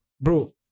bro